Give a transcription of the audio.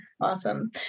Awesome